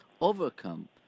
overcome